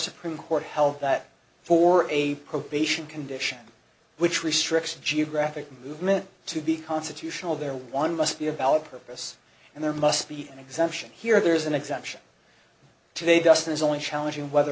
supreme court held that for a probation condition which restricts geographic movement to be constitutional there one must be a valid purpose and there must be an exemption here or there is an exemption today dustin is only challenging whether